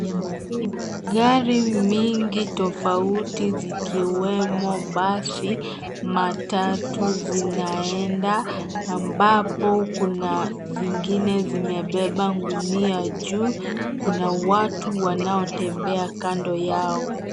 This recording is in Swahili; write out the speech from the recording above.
Gari mingi tofauti, zikiwemo basi, matatu zinaenda ambapo kuna zingine zimebeba gunia juu. Kuna watu wanaotembea kando yao.